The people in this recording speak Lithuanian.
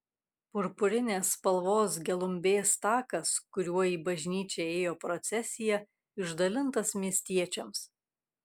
purpurinės spalvos gelumbės takas kuriuo į bažnyčią ėjo procesija išdalintas miestiečiams